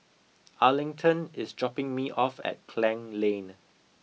Arlington is dropping me off at Klang Lane